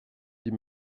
die